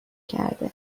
کرده